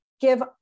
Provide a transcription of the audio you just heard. give